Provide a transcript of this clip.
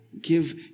give